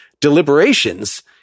deliberations